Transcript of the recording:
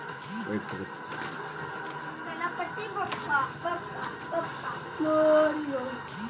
ವ್ಯಯಕ್ತಿಕ ಸಾಲಾ ತೊಗೋಣೊದ ಭಾಳ ಸರಳ ಐತಿ ಆನ್ಲೈನ್ ಫಾರಂ ತುಂಬುದ ಇರತ್ತ ಜಲ್ದಿ ಡಾಕ್ಯುಮೆಂಟ್ಸ್ ಅಪ್ಲೋಡ್ ಆಗ್ತಾವ